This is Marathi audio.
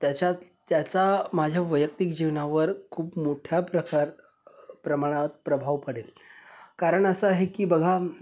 त्याच्यात त्याचा माझ्या वैयक्तिक जीवनावर खूप मोठ्या प्रकार प्रमाणात प्रभाव पडेल कारण असं आहे की बघा